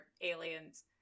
aliens